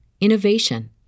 innovation